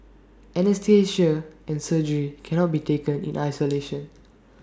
anaesthesia and surgery cannot be taken in isolation